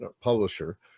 publisher